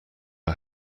are